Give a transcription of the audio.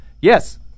Yes